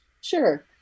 Sure